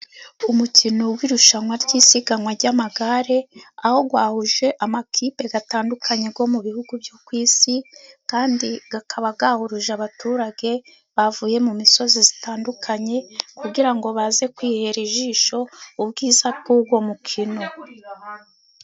Umukino w'irushanwa ry'isiganwa ry'amagare, aho wahuje amakipe atandukanye yo mu bihugu byo ku isi. kandi akaba yahuruje abaturage bavuye mu misozi itandukanye, kugira ngo baze kwihera ijisho ubwiza bw'uwo mukino.